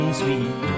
sweet